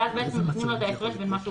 ואז נותנים לו את ההפרש בין מה שהוא